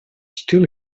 still